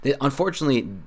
unfortunately